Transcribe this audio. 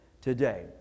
today